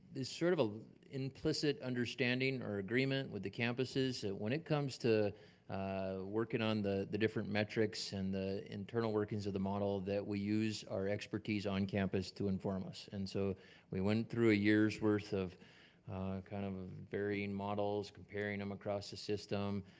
there's sort of a implicit understanding or agreement with the campuses that when it comes to working on the the different metrics and the internal workings of the model that we use our expertise on campus to inform us. and so we went through a year's worth of kind of varying models, comparing them across the system.